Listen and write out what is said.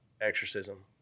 exorcism